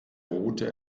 route